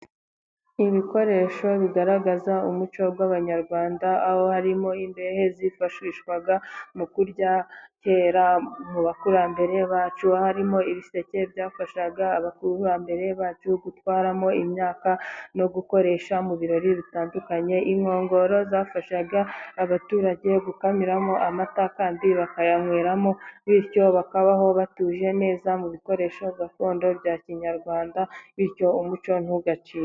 Ibikoresho bigaragaza umuco w'abanyarwanda aho harimo imbehe zifashishwa mu kurya, kera mu bakurambere bacu harimo ibiseke byafashaga abakurambere bacu gutwaramo imyaka no gukoresha mu birori bitandukanye. Inkongoro zafashaga abaturage gukamiramo amata kandi bakayanyweramo bityo bakabaho batuje neza mu bikoresho gakondo bya kinyarwanda bityo umuco ntugacike.